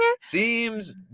Seems